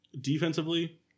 defensively